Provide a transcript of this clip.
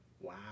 wow